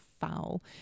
foul